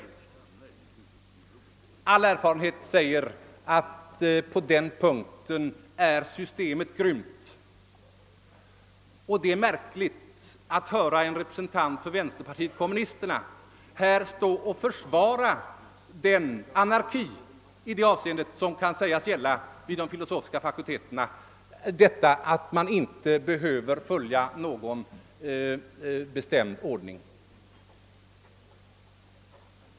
All erfarenhet säger att på den punkten är systemet grymt, och det är märkligt att höra en representant för vänsterpartiet kommunisterna här stå och försvara den anarki i det avseendet som kan sägas råda vid de filosofiska fakulteterna, detta att man inte behöver följa någon bestämd ordning.